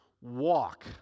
Walk